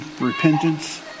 repentance